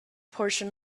portion